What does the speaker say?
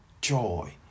joy